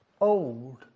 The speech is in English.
old